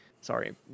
Sorry